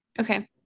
Okay